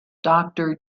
doctor